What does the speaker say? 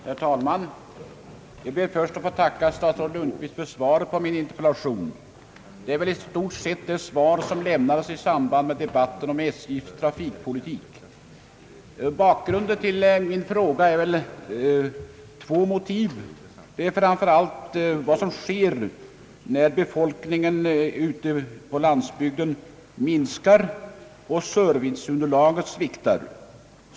Herr talman! Jag ber först att få tacka statsrådet Lundkvist för svaret på min interpellation. Det är väl i stort sett samma svar som lämnades vid debatten om SJ:s trafikpolitik. Jag hade två motiv för min interpellation. Det ena motivet är vad som sker när befolkningen ute på landsbygden minskar och serviceunderlaget sviktar.